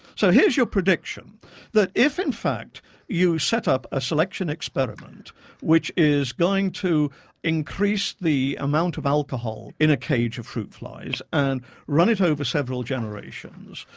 so here's your prediction that if in fact you set up a selection experiment which is going to increase the amount of alcohol in a cage of fruit flies and run it over several generations,